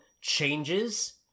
changes